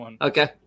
Okay